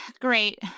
Great